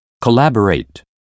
collaborate